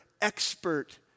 expert